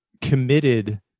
committed